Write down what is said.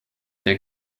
der